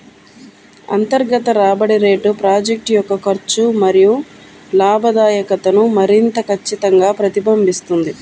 అంతర్గత రాబడి రేటు ప్రాజెక్ట్ యొక్క ఖర్చు మరియు లాభదాయకతను మరింత ఖచ్చితంగా ప్రతిబింబిస్తుంది